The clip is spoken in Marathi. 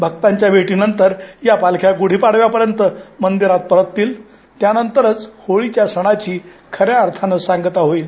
भक्तांच्या भेटीनंतर या पालख्या गुढीपाडव्यापर्यंत मंदिरात परततील त्यानंतरच होळीच्या सणाची खऱ्या अर्थानं सांगता होईल